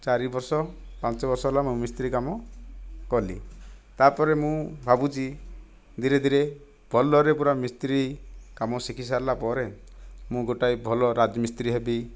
ଚାରି ବର୍ଷ ପାଞ୍ଚ ବର୍ଷ ହେଲା ମୁଁ ମିସ୍ତ୍ରୀ କାମ କଲି ତା'ପରେ ମୁଁ ଭାବୁଛି ଧୀରେ ଧୀରେ ଭଲରେ ପୁରା ମିସ୍ତ୍ରୀ କାମ ଶିଖି ସାରିଲା ପରେ ମୁଁ ଗୋଟାଏ ଭଲ ରାଜମିସ୍ତ୍ରୀ ହେବି